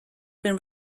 been